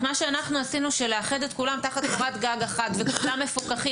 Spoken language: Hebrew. את מה שאנחנו עשינו של לאחד את כולם תחת קורת גג אחת וכולם מפוקחים,